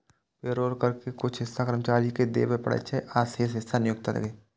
payroll कर के कुछ हिस्सा कर्मचारी कें देबय पड़ै छै, आ शेष हिस्सा नियोक्ता कें